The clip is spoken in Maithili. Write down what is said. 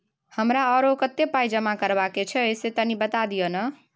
हमरा आरो कत्ते पाई जमा करबा के छै से तनी बता दिय न?